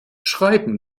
schreiben